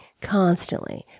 constantly